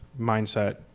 mindset